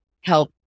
help